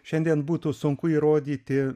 šiandien būtų sunku įrodyti